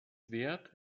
wert